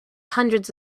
hundreds